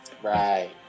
Right